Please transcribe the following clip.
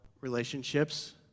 relationships